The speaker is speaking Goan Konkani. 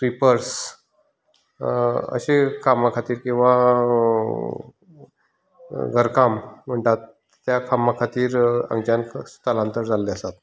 स्विपर्स अशें कामा खातीर किंवा घरकाम म्हणटात त्या कामा खातीर हांगाच्यान स्थलांतरीत जाल्ले आसात